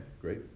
great